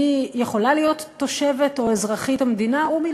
מי יכולה להיות תושבת או אזרחית המדינה ומי